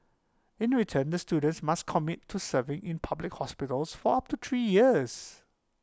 in return the students must commit to serving in public hospitals for up to three years